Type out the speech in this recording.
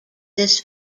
this